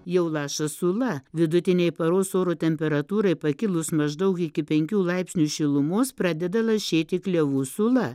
jau laša sula vidutinei paros oro temperatūrai pakilus maždaug iki penkių laipsnių šilumos pradeda lašėti klevų sula